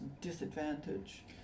disadvantage